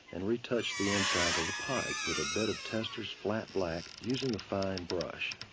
and retouch the inside of the pipe with a bit of testor's flat black using a fine brush.